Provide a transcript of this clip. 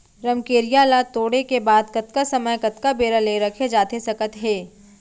रमकेरिया ला तोड़े के बाद कतका समय कतका बेरा ले रखे जाथे सकत हे?